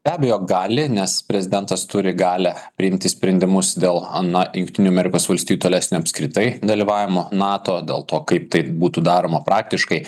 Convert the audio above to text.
be abejo gali nes prezidentas turi galią priimti sprendimus dėl na jungtinių amerikos valstijų tolesnio apskritai dalyvavimo nato dėl to kaip tai būtų daroma praktiškai